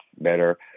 better